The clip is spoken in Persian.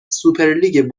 سوپرلیگ